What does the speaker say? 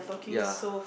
yeah